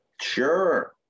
Sure